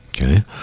okay